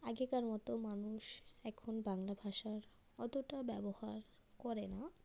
আগেকার মতো মানুষ এখন বাংলা ভাষার অতোটা ব্যবহার করে না